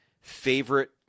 favorite